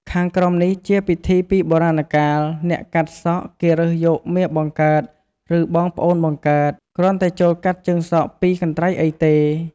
ខាងក្រោមនេះជាពិធីពីបុរាណកាល អ្នកកាត់សក់ គេរើសយកមាបង្កើត ឬបង ប្អូនបង្កើត គ្រាន់តែចូលកាត់ជើងសក់ពីរកន្ត្រៃអីទេ។